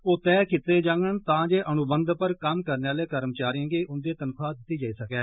ओह् तय कीते जांडन ता जे अनुबंघ पर कम्म करने आले कर्मचारिए गी उन्दी तन्खवाह दित्ती जाई सकै